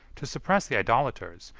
to suppress the idolaters,